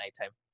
nighttime